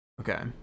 okay